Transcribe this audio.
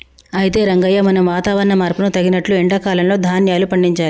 అయితే రంగయ్య మనం వాతావరణ మార్పును తగినట్లు ఎండా కాలంలో ధాన్యాలు పండించాలి